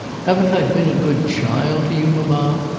haven't i been a good child to you, mamma?